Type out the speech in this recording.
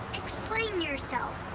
explain yourself.